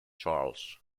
charles